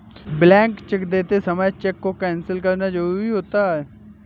blank cheque देते समय cheque को कैंसिल करना जरुरी होता है